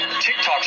tiktok's